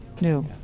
new